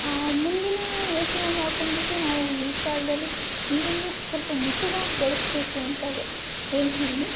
ಮುಂದಿನ ಯೋಚನೆ ಮಾಡ್ಕೊಂಡ್ಬಿಟ್ಟು ನಾವು ಈ ಕಾಲದಲ್ಲಿ ನೀರನ್ನು ಸ್ವಲ್ಪ ಮಿತವಾಗಿ ಬಳಸಬೇಕು ಅಂತ ಹೇಳ್ತಿದ್ದೀನಿ